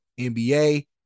NBA